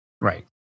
Right